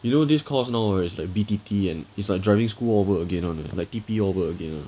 you know this course now right is like B_T_T and is like driving school over again [one] is like T_P over again [one]